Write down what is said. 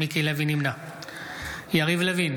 יריב לוין,